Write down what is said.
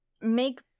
make